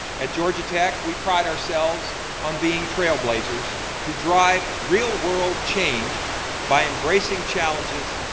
at georgia tech, we pride ourselves on being trailblazers who drive real-world change by embracing challenges,